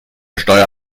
steuer